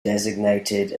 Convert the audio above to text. designated